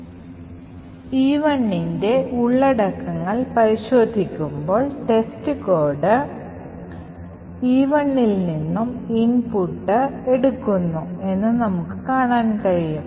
E1 ന്റെ ഉള്ളടക്കങ്ങൾ പരിശോധിക്കുമ്പോൾ ടെസ്റ്റ് കോഡ് E1 64 A's ൽ നിന്നും ഇൻപുട്ട് എടുക്കുന്നു എന്ന് നമുക്ക് കാണാൻ കഴിയും